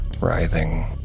writhing